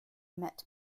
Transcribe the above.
met